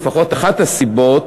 לפחות אחת הסיבות,